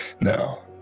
no